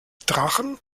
drachen